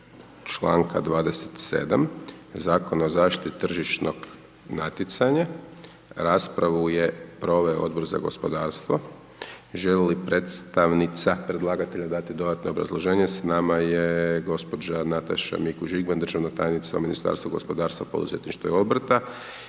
članka 27. Zakona o zaštiti tržišnog natjecanja. Raspravu je proveo Odbor za gospodarstvo. Želi li predstavnica predlagatelja dati dodatno obrazloženje? S nama je gospođa Nataša Mikuš Žigman, državna tajnica u Ministarstvu gospodarstva, poduzetništva i obrta.